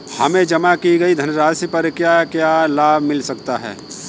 हमें जमा की गई धनराशि पर क्या क्या लाभ मिल सकता है?